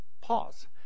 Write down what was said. Pause